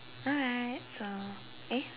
alright so eh